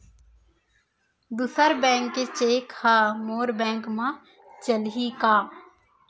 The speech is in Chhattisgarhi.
दूसर बैंक के चेक ह मोर बैंक म चलही का?